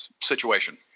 situation